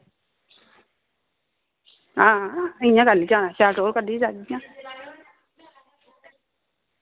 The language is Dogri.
हां इ'य्यां कैली जाना शैल टौह्र कड्ढियै जागियां